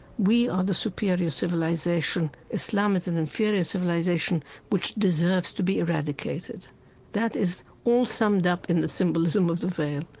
we are the superior civilization, islam is an inferior civilization which deserves to be eradicated that is all summed up in the symbolism of the veil.